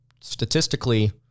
statistically